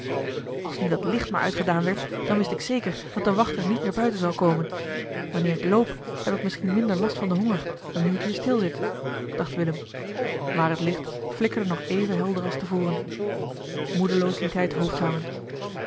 als nu dat licht maar uitgedaan werd dan wist ik zeker dat de wachter niet meer buiten zal komen wanneer ik loop heb ik misschien minder last van den honger dan nu ik hier stil zit dacht willem maar het licht flikkerde nog even helder als te voren moedeloos liet hij het hoofd hangen